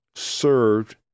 served